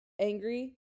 angry